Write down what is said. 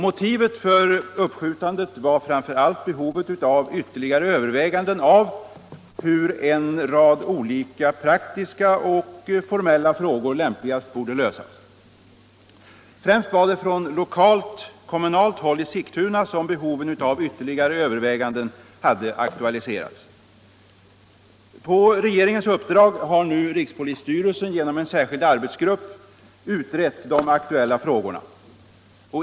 Motivet för uppskjutandet var framför allt behovet av ytterligare överväganden av hur en rad praktiska och formella frågor lämpligast borde lösas. Främst var det från kommunalt håll i Sigtuna som behovet av ytterligare överväganden hade aktualiserats. På regeringens uppdrag har nu rikspolisstyrelsen genom en särskild arbetsgrupp utrett de aktuella frågorna.